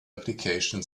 application